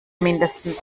mindestens